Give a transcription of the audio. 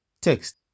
Text